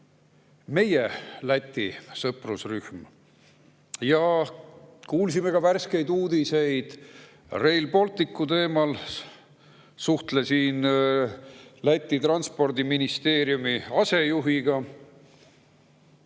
meie Läti sõprusrühm. Kuulsime ka värskeid uudiseid Rail Balticu teemal. Ma suhtlesin Läti transpordiministeeriumi asejuhiga.